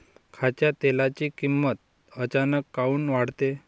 खाच्या तेलाची किमत अचानक काऊन वाढते?